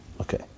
Okay